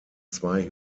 zwei